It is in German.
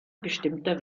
bestimmter